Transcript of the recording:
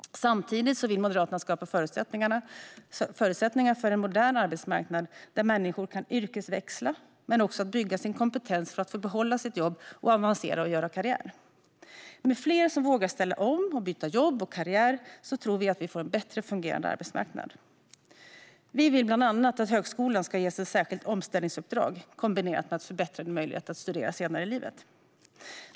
Samtidigt vill Moderaterna skapa förutsättningar för en modern arbetsmarknad där människor kan yrkesväxla men också bygga sin kompetens för att få behålla sitt jobb, avancera och göra karriär. Med fler som vågar ställa om, byta jobb och karriär tror vi att vi får en bättre fungerande arbetsmarknad. Vi vill bland annat att högskolan ska ges ett särskilt omställningsuppdrag kombinerat med förbättrade möjligheter att studera senare i livet.